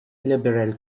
liberal